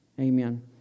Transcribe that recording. Amen